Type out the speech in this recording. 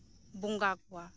ᱵᱚᱸᱜᱟ ᱠᱚᱣᱟ